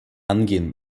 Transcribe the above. angehen